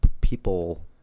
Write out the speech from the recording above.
people